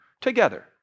together